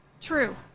True